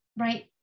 right